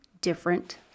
different